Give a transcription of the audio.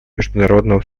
международного